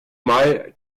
mal